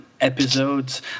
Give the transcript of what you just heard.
Episodes